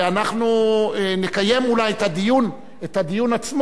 אנחנו נקיים אולי את הדיון עצמו.